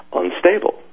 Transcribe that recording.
unstable